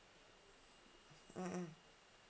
mm mm